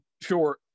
Sure